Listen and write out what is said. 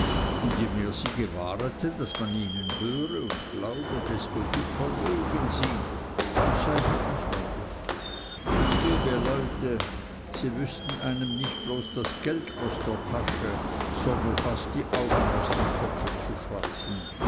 und je mehr sie gewahreten daß man ihnen höre und glaube desto dicker lögen sie das sei halt nicht anders es gebe leute sie wüßten einem nicht bloß das geld aus der tasche sondern fast die augen aus dem kopfe zu schwatzen